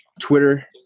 Twitter